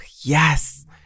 yes